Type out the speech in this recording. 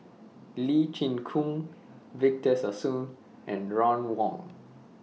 Lee Chin Koon Victor Sassoon and Ron Wong